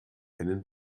einen